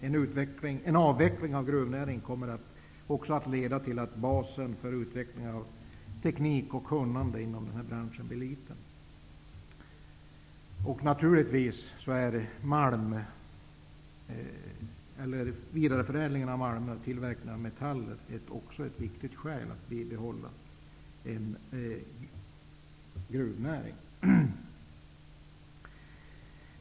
En avveckling av gruvnäringen kommer att leda till att basen för utvecklingen av teknik och kunnande inom denna bransch blir liten. Naturligtvis är vidareförädling av malmer och tillverkning av metaller också ett viktigt skäl att bibehålla en gruvnäring.